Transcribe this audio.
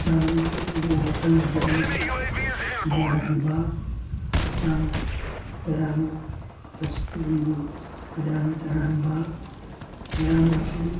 ꯍꯛꯆꯥꯡ ꯋꯥꯈꯜ ꯕ꯭ꯔꯦꯟ ꯅꯨꯡꯉꯥꯏꯍꯟꯕ ꯍꯛꯆꯥꯡ ꯇꯌꯥꯡ ꯇꯌꯥꯡ ꯇꯌꯥꯡꯕ ꯃꯌꯥꯝ ꯑꯁꯤ